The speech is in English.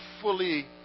fully